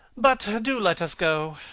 but do let us go.